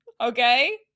okay